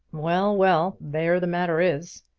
well, well! there the matter is.